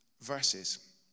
verses